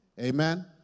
Amen